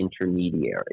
intermediary